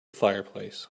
fireplace